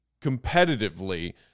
competitively